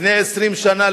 לפני 20 שנה,